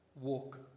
walk